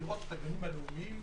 לראות את הגנים הלאומיים.